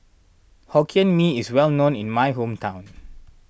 Hokkien Mee is well known in my hometown